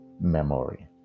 memory